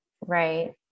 right